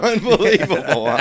Unbelievable